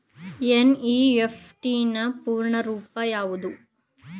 NEFT ನ ಪೂರ್ಣ ರೂಪ ಯಾವುದು?